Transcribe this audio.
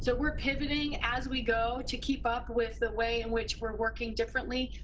so we're pivoting as we go to keep up with the way in which we're working differently,